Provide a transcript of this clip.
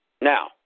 Now